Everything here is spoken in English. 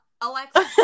Alexa